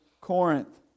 Corinth